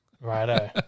Righto